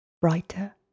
brighter